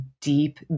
deep